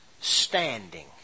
standing